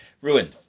ruined